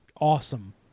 awesome